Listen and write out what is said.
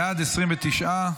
בעד, 29,